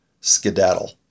skedaddle